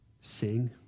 sing